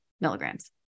milligrams